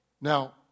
Now